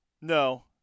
No